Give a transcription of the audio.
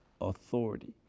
authority